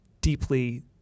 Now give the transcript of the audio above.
deeply